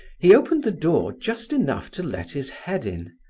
he opened the door just enough to let his head in.